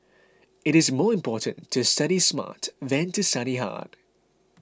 it is more important to study smart than to study hard